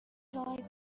چای